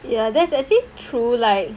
ya that's actually true like